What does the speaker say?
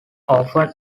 often